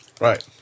Right